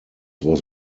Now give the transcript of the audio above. was